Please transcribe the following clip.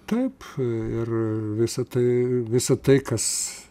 taip ir visą tai visą tai kas